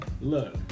look